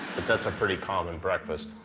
but that's a pretty common breakfast.